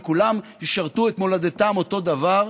וכולם ישרתו את מולדתם אותו הדבר.